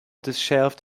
dishevelled